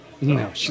no